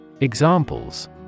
Examples